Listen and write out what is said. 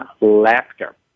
laughter